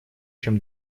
чем